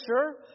sure